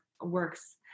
works